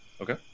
Okay